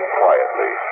quietly